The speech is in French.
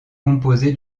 composé